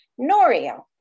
Norio